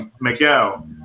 Miguel